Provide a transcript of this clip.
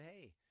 hey